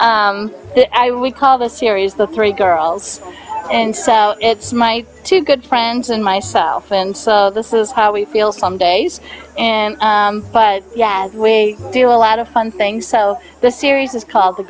s i recall the series the three girls and so it's my two good friends and myself and so this is how we feel some days but yes we do a lot of fun things so the series is called the